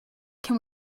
can